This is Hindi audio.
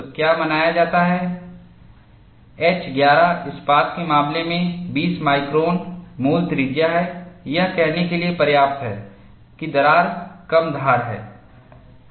तो क्या मनाया जाता है H 11 इस्पात के मामले में 20 माइक्रोन मूल त्रिज्या है यह कहने के लिए पर्याप्त है कि दरार कम धार है